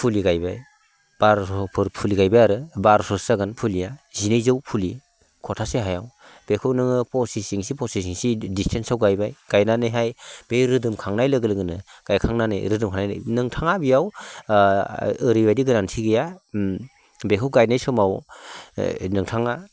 फुलि गायबाय बार'स'फोर फुलि गायबाय आरो बार'स'सो जागोन फुलिया जिनैजौ फुलि खथासे हायाव बेखौ नोङो पसिस इन्सि पसिस इन्सि डिस्टेन्सआव गायबाय गायनानैहाय बे रोदोमखांनाय लोगो लोगोनो गायखांनानै रोदोमखांनानै नोंथाङा बेयाव ओरैबायदि गोनांथि गैया बेखौ गायनाय समाव नोंथाङा